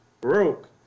Broke